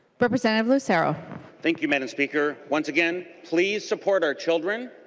representative lucero thank you mme. and speaker. once again please support our children.